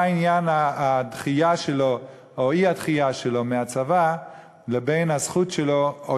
מה עניין הדחייה שלו או האי-דחייה שלו מהצבא לבין הזכות שלו או